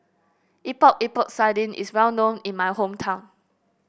Epok Epok Sardin is well known in my hometown